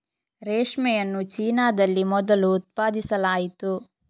ರೇಷ್ಮೆಯನ್ನು ಚೀನಾದಲ್ಲಿ ಮೊದಲು ಉತ್ಪಾದಿಸಲಾಯಿತು